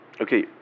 Okay